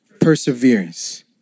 Perseverance